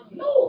no